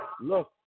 look